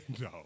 No